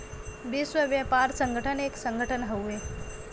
विश्व व्यापार संगठन एक संगठन हउवे